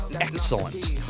Excellent